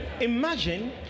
Imagine